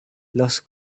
los